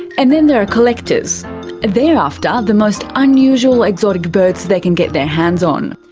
and then there are collectors they're after the most unusual exotic birds they can get their hands on.